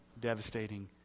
devastating